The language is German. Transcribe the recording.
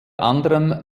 anderem